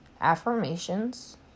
affirmations